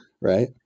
Right